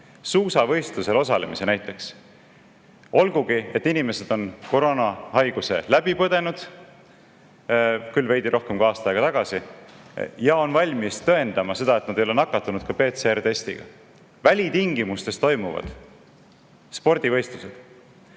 suusavõistlusel osalemise, olgugi et inimesed on koroonahaiguse läbi põdenud, küll veidi rohkem kui aasta aega tagasi, ja on valmis tõendama seda, et nad ei ole nakatunud, PCR-testiga. Välitingimustes toimuvad spordivõistlused!